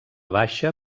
baixa